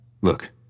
Look